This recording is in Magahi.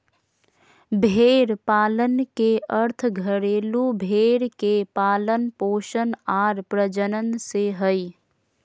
भेड़ पालन के अर्थ घरेलू भेड़ के पालन पोषण आर प्रजनन से हइ